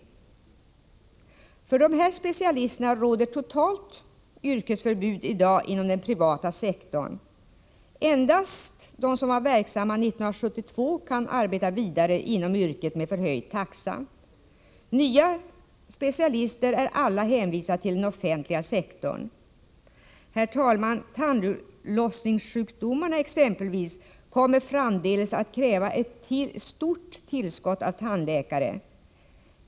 För dessa specialister råder totalt yrkesförbud i dag inom den privata sektorn. Endast de som var verksamma 1972 kan arbeta vidare inom yrket, med en förhöjd taxa. Nya specialister är alla hänvisade till den offentliga sektorn. Herr talman! Tandlossningssjukdomarna exempelvis kommer framdeles att kräva ett stort tillskott av tandläkare.